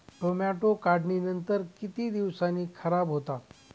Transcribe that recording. Tomato काढणीनंतर किती दिवसांनी खराब होतात?